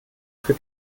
für